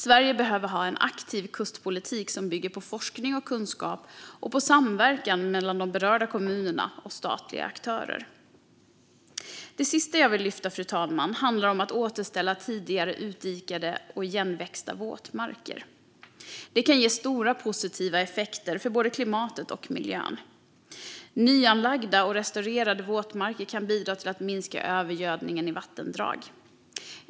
Sverige behöver ha en aktiv kustpolitik som bygger på forskning och kunskap och på samverkan mellan de berörda kommunerna och statliga aktörer. Det sista jag vill lyfta, fru talman, handlar om att återställa tidigare utdikade och igenväxta våtmarker. Det kan ge stora positiva effekter för både klimatet och miljön. Nyanlagda och restaurerade våtmarker kan bidra till att minska övergödningen i vattendrag.